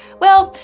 well,